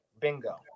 bingo